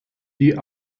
die